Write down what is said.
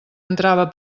entrava